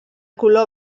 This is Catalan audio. color